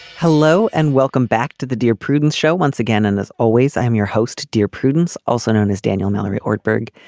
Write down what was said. hello and welcome back to the dear prudence show once again and as always i am your host. dear prudence also known as daniel mallory ort berg.